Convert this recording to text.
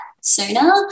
sooner